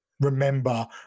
remember